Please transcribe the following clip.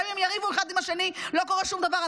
גם אם הם יריבו אחד עם השני, לא קורה שום דבר.